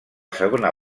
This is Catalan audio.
segona